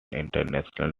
international